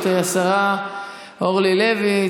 את השרה אורלי לוי,